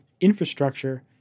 infrastructure